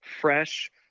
fresh